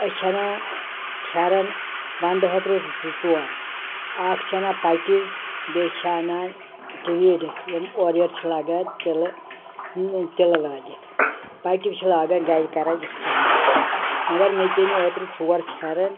أسۍ چھِ اَنان پھٮ۪رن ونٛدٕ حٲطرٕ زٕ ژور اکھ چھِ اَنان پٹِو بیٚیہِ چھِ اَنان ٹویٖڈٕکۍ یِم اورٕ یور چھِ لگان تِلہٕ تِلہٕ لٲگِتھ پَٹِو چھِ لاگن گرِ کَران استعمال مگر مےٚ تہِ أنۍ اوترٕ ژور پھٮ۪رن